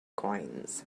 coins